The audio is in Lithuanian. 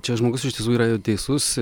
čia žmogus iš tiesų yra neteisus